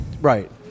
right